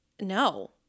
no